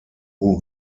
who